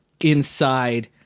inside